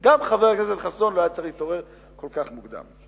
חבר הכנסת חסון לא היה צריך להתעורר כל כך מוקדם.